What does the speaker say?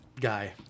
guy